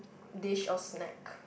dish or snack